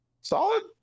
solid